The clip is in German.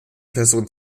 person